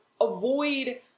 avoid